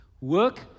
Work